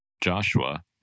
Joshua